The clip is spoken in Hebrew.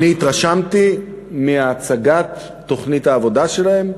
אני התרשמתי מהצגת תוכנית העבודה השנתית שלהם,